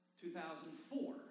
2004